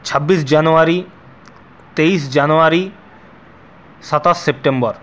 ছাব্বিশ জানুয়ারি তেইশ জানুয়ারি সাতাশ সেপ্টেম্বর